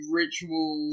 ritual